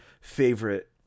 favorite